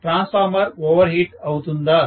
transformer overheat అవుతుందా